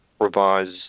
revised